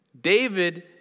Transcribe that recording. David